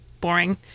boring